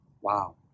wow